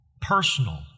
personal